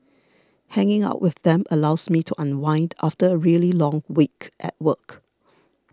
hanging out with them allows me to unwind after a really long week at work